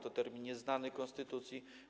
To termin nieznany konstytucji.